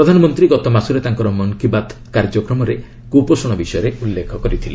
ପ୍ରଧାନମନ୍ତ୍ରୀ ଗତମାସରେ ତାଙ୍କର ମନ୍ କି ବାତ୍ କାର୍ଯ୍ୟକ୍ରମରେ କୁପୋଷଣ ବିଷୟରେ ଉଲ୍ଲେଖ କରିଥିଲେ